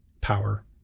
power